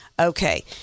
Okay